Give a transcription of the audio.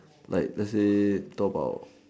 like let's say talk about